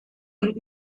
und